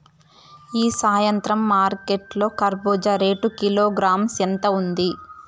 ఈ సాయంత్రం మార్కెట్ లో కర్బూజ రేటు కిలోగ్రామ్స్ ఎంత ఉంది?